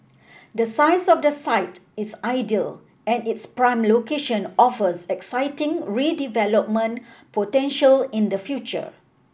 the size of the site is ideal and its prime location offers exciting redevelopment potential in the future